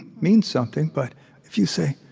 means something. but if you say,